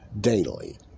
daily